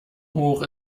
hoch